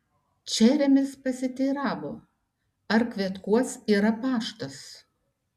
čeremis pasiteiravo ar kvetkuos yra paštas